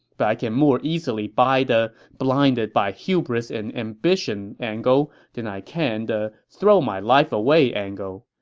but i can more easily buy the blinded-by-hubris-and-ambition angle than i can the throw-my-life-away angle.